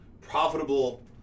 profitable